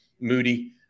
Moody